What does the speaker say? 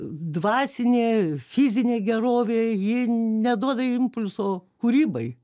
dvasinė fizinė gerovė ji neduoda impulso kūrybai